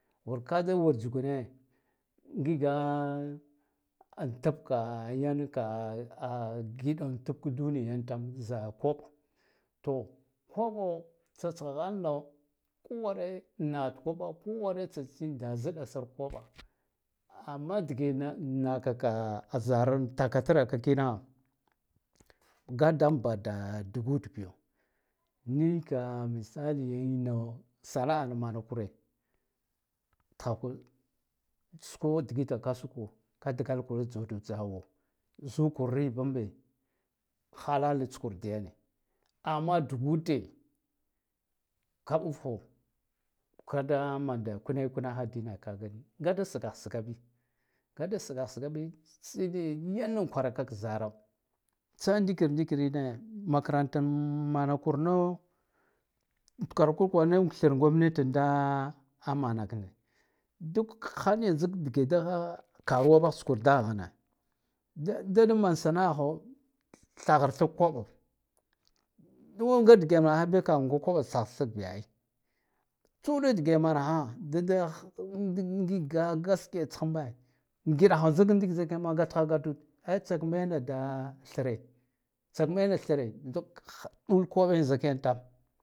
Wur kada wur jigune ngiga an tabkai yanka a giɗa tubk duniya yan taw za koɓa to koɓo tsa tsha halna kada re an naha da koɓa koware tsatsin da zɗa sare koɓa amma dige naka ka zara antaka tra ka kina gat dam da dugud biyo niga misali yano sanas na mana kure thako suko digiten kasu ko kadgalakur da jawda jawo zukur ribanbe halali tskur dayane amma dugude ka ɓfho kanda manda kuna hakunaha dine nga da sgah sga bi nga da sgah sga bi sai de yan kwara kak zara tsa ndikin ndikirine makaranta manakur na amt kwara kur kwara ne than gomneti da manaka duk ha ya dige da karuwa bah kur dahane da da man sana'aho thahar thak koɓo sah sag bi ai tsa uɗa dige manaha dada ngiga gaskiya tsha ambe gidaha zik ndik yan ma gatha gathud ai tsatsmena da thre tsats mena thre ndik ba ɗul koɓa yan tam.